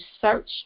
search